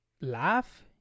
laugh